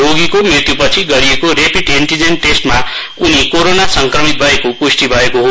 रोगीको मृत्यु पछि गरिएको रेपिट एन्टिजेन टेस्टमा उनी कोरोना संक्रमित भएको प्ष्टि भएको हो